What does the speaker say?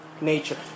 nature